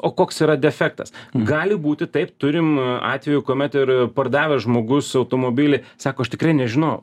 o koks yra defektas gali būti taip turim atvejų kuomet ir pardavęs žmogus automobilį sako aš tikrai nežinojau